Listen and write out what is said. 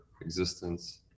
existence